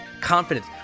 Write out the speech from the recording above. confidence